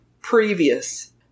previous